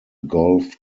golf